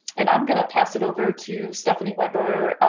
and i'm going to pass it over to stephanie weber,